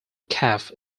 calf